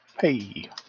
Hey